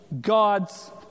God's